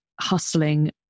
hustling